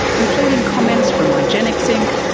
including comments from igenex inc,